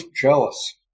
jealous